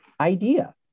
idea